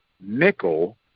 nickel